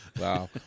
Wow